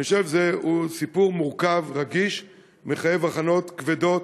אני חושב שזה סיפור מורכב ורגיש ומחייב הכנות כבדות,